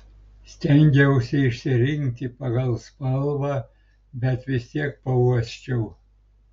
stengiausi išsirinkti pagal spalvą bet vis tiek pauosčiau